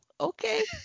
Okay